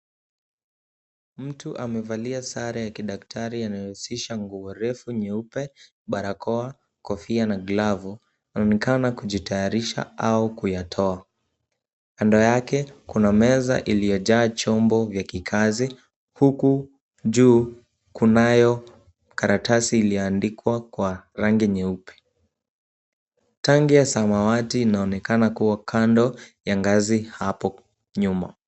Mtu amevalia sare ya kidaktari anayehusisha nguo refu nyeupe, barakoa, kofia na glavu, anaonekana kujitayarisha au kuyatoa, kando yake, kuna meza iliyojaa chombo vya kikazi, huku, juu, kunayo, karatasi iliyoandikwa kwa rangi nyeupe. Tangi ya samawati inaonekana kuwa kando ya ngazi hapo nyuma.